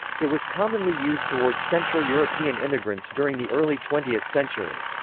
it was commonly used toward central european immigrants during the early twentieth century.